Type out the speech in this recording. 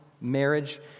marriage